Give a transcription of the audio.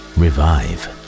revive